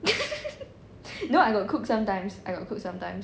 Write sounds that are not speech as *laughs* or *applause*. *laughs* no I got cook sometimes I got cook sometimes